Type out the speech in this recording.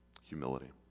humility